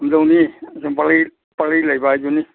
ꯀꯝꯗꯧꯅꯤ ꯁꯨꯝ ꯄꯪꯂꯩ ꯄꯪꯂꯩ ꯂꯩꯕ ꯍꯥꯏꯗꯨꯅꯤ